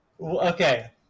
okay